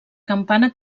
campana